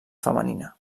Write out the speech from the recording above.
femenina